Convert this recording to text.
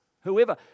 whoever